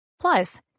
Plus